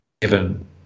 given